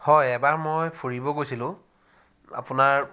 হয় এবাৰ মই ফুৰিব গৈছিলোঁ আপোনাৰ